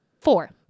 Four